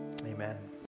Amen